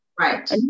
Right